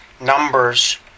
Numbers